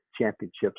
championships